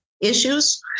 issues